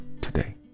today